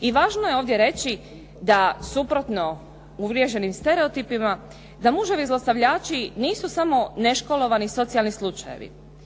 I važno je ovdje reći da suprotno uvriježenim stereotipima da muževi zlostavljači nisu samo neškolovani socijalni slučajevi.